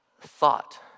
thought